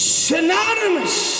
synonymous